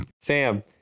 Sam